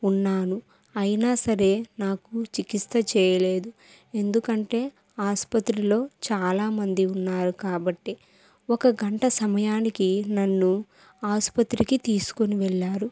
ఉన్నాను అయినా సరే నాకు చికిత్స చేయలేదు ఎందుకంటే ఆసుపత్రిలో చాలామంది ఉన్నారు కాబట్టి ఒక గంట సమయానికి నన్ను ఆసుపత్రికి తీసుకొని వెళ్లారు